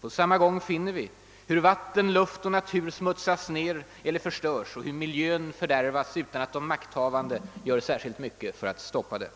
På samma gång finner vi hur vatten, luft och natur smutsas ned och förstörs och" hur miljön fördärvas utan att de makthavande gör särskilt mycket för att stoppa detta.